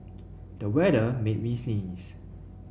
the weather made me sneeze